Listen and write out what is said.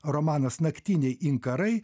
romanas naktiniai inkarai